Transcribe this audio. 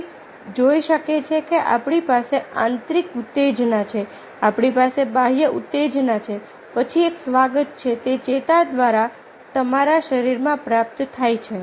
કોઈ જોઈ શકે છે કે આપણી પાસે આંતરિક ઉત્તેજના છે આપણી પાસે બાહ્ય ઉત્તેજના છે પછી એક સ્વાગત છે તે ચેતા દ્વારા તમારા શરીરમાં પ્રાપ્ત થાય છે